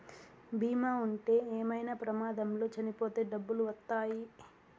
బీమా ఉంటే ఏమైనా ప్రమాదంలో చనిపోతే డబ్బులు వత్తాయి